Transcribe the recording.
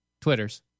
twitters